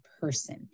person